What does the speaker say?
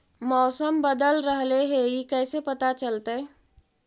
मौसम बदल रहले हे इ कैसे पता चलतै?